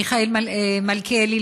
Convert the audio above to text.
מיכאל מלכיאלי,